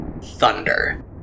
thunder